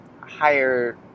higher